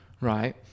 right